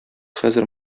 хәзер